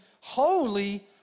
holy